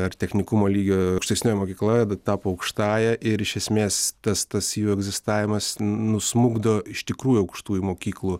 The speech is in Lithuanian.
ar technikumo lygio aukštesnioji mokykla tapo aukštąja ir iš esmės tas tas jų egzistavimas n nusmukdo iš tikrųjų aukštųjų mokyklų